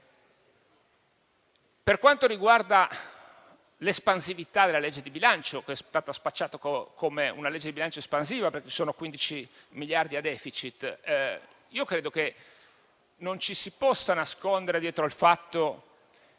Per quanto riguarda l'espansività della legge di bilancio (che è stata spacciata come espansiva perché ci sono 15 miliardi in *deficit*), credo che non ci si possa nascondere dietro il fatto che